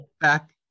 back